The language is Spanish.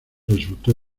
resultó